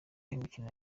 imikino